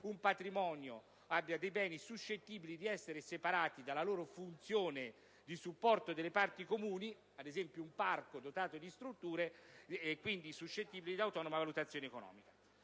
non avesse avuto beni suscettibili di essere separati dalla loro funzione di supporto delle parti comuni (ad esempio, un parco dotato di strutture) e quindi fosse stato suscettibile di autonoma valutazione economica.